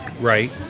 Right